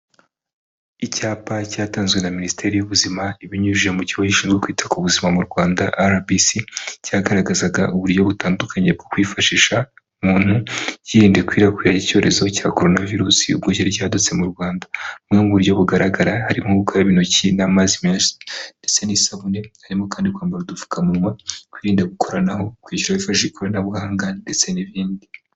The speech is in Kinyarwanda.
Icyapa cyatanzwe na Minisiteri y'Ubuzima ibinyujije mu Kigo gishinzwe kwita ku buzima mu Rwanda RBC, cyagaragazaga uburyo butandukanye bwo kwifashisha umuntu yirinda ikwirakwira ry'icyorezo cya Koronavirusi ubwo cyari cyadutse mu Rwanda. Bumwe mu buryo bugaragara harimo gukaraba intoki n'amazi meza ndetse n'isabune, harimo kandi kwambara udupfukamunwa, twirinda gukoranaho, kwishyura hifashishijwe ikoranabuhanga ndetse n'ibindi.